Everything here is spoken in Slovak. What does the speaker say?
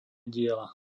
diela